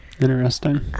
Interesting